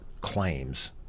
claims